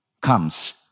comes